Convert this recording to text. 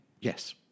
Yes